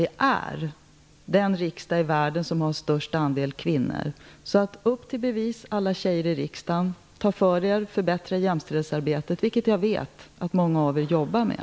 Det är den riksdag i världen som har störst andel kvinnor. Upp till bevis alla tjejer i riksdagen! Ta för er, förbättra jämställdhetsarbetet! Det vet jag att många av er jobbar med.